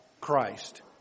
Christ